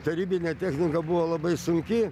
tarybinė technika buvo labai sunki